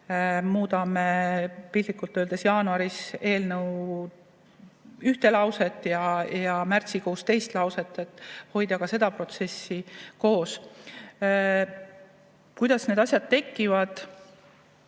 muudame piltlikult öeldes jaanuaris eelnõu ühte lauset ja märtsikuus teist lauset, vaid hoitakse seda protsessi koos. Kuidas need asjad tekivad?